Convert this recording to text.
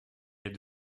êtes